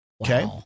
Okay